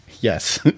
yes